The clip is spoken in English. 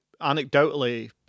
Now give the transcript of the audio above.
anecdotally